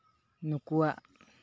ᱱᱩᱠᱩᱣᱟᱜ